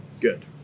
Good